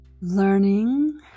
Learning